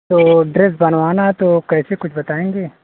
तो ड्रेस बनवाना है तो कैसे कुछ बताएंगे